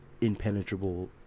impenetrable